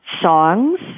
songs